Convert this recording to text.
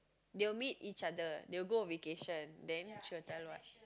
they will meet each other they will go on vacation then she will tell what